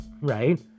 right